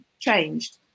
changed